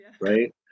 right